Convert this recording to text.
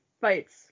fights